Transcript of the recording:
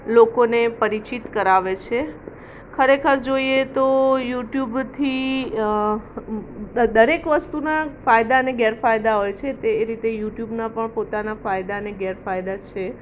લોકોને પરિચિત કરાવે છે ખરેખર જોઈએ તો યુટ્યુબથી દરેક વસ્તુના ફાયદા અને ગેરફાયદા હોય છે તે એ રીતે યુટ્યુબના પણ પોતાના ફાયદા અને ગેરફાયદા છે